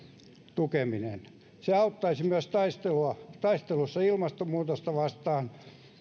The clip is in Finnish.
tukeminen se auttaisi myös taistelussa ilmastonmuutosta vastaan